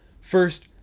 First